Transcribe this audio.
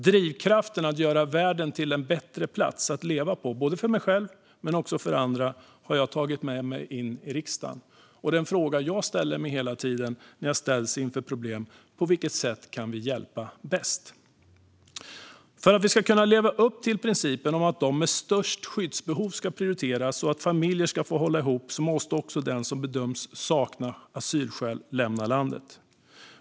Drivkraften att göra världen till en bättre plats att leva på, både för mig själv och för andra, har jag tagit med mig in riksdagen. Den fråga jag ställer mig hela tiden när jag ställs inför problem är: På vilket sätt kan vi hjälpa bäst? För att vi ska kunna leva upp till principen om att de med störst skyddsbehov ska prioriteras och att familjer ska få hålla ihop måste den som bedöms sakna asylskäl lämna landet.